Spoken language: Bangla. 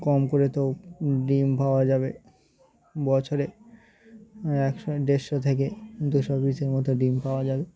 কম করে তো ডিম পাওয়া যাবে বছরে একশো দেড়শো থেকে দুশো পিসের মতো ডিম পাওয়া যাবে